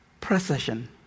procession